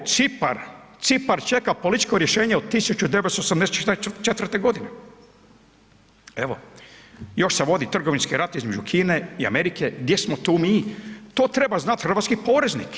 Cipar, Cipar čeka političko rješenje od 1984. godine, evo još se vodi trgovinski rat između Kine i Amerike, gdje smo tu mi, to treba znati hrvatski poreznik.